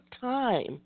time